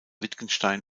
wittgenstein